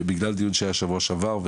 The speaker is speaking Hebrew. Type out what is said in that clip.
בגלל דיון שהיה שבוע שעבר,